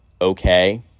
okay